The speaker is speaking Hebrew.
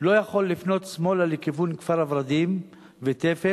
לא יכול לפנות שמאלה לכיוון כפר-ורדים ותפן,